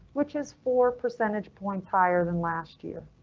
which is four percentage points higher than last year.